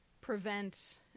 prevent